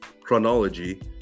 chronology